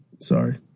Sorry